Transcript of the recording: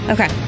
Okay